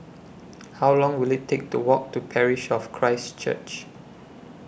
How Long Will IT Take to Walk to Parish of Christ Church